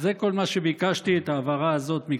זה כל מה שביקשתי, את ההבהרה הזאת מכבודו.